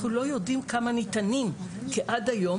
אנחנו לא יודעים כמה ניתנים כי עד היום